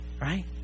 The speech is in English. Right